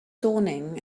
dawning